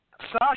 Sasha